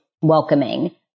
welcoming